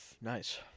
Nice